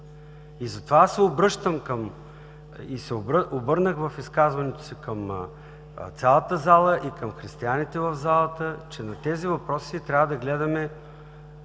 И затова се обръщам – и в изказването си се обърнах към цялата зала, и към християните в залата, че на тези въпроси трябва да гледаме…